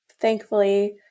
thankfully